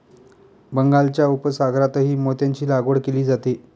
बंगालच्या उपसागरातही मोत्यांची लागवड केली जाते